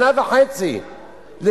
שנה וחצי רק